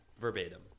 Verbatim